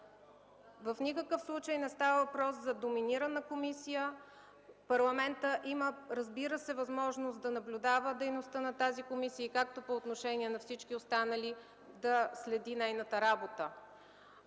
В никакъв случай не става въпрос за доминирана комисия. Парламентът, разбира се, има възможност да наблюдава дейността на тази комисия, както по отношение на всички останали, да следи нейната работа.